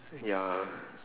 ya